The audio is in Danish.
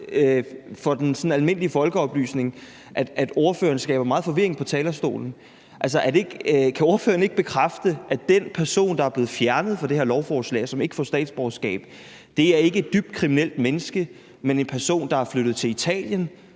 for den almindelige folkeoplysning skaber megen forvirring på talerstolen. Altså, kan ordføreren ikke bekræfte, at den person, der er blevet fjernet fra det her lovforslag, og som ikke får statsborgerskab, ikke er et dybt kriminelt menneske, men en person, der er flyttet til Italien,